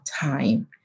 time